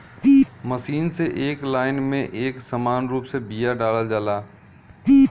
machine से एक line में एक समान रूप से बिया डालल जाला